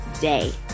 day